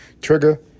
trigger